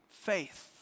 faith